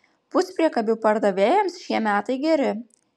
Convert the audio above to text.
puspriekabių pardavėjams šie metai geri